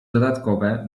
dodatkowe